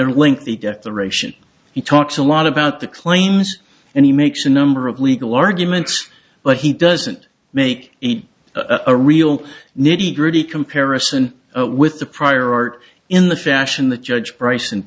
a link they get the ration he talks a lot about the claims and he makes a number of legal arguments but he doesn't make a real nitty gritty comparison with the prior art in the fashion the judge price and